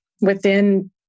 within-